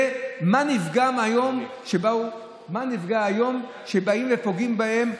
מה נפגע היום שבאים ופוגעים בהם,